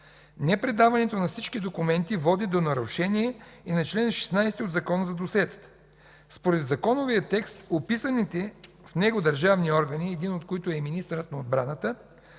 Непредаването на всички документи води до нарушение и на чл. 16 от Закона за досиетата. Според законовия текст описаните в него държавни органи, един от които е и министърът на отбраната,